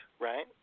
right